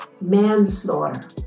manslaughter